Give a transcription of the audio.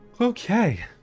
Okay